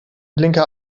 blinker